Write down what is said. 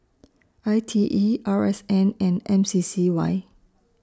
I T E R S N and M C C Y